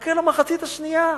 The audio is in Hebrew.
חכה למחצית השנייה,